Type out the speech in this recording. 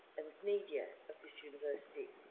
and media of this university.